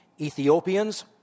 Ethiopians